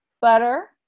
butter